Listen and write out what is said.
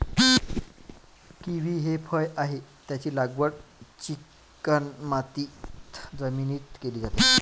kiwi हे फळ आहे, त्याची लागवड चिकणमाती जमिनीत केली जाते